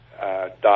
dot